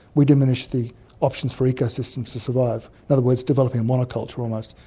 we diminish the options for ecosystems to survive, in other words developing a monoculture almost.